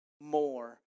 more